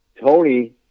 Tony